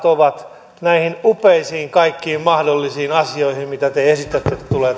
ovat kaikkiin näihin upeisiin mahdollisiin asioihin mitä te esitätte että tulee